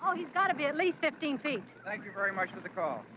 he's gotta be at least fifteen feet. thank you very much for the call.